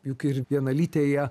juk ir vienalytėje